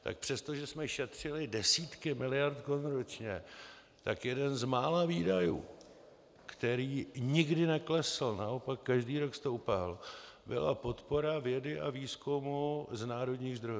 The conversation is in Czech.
Tak přestože jsme šetřili desítky miliard korun ročně, tak jeden z mála výdajů, který nikdy neklesl, naopak každý rok stoupal, byla podpora vědy a výzkumu z národních zdrojů.